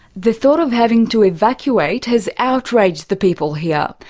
the thought of having to evacuate has outraged the people here,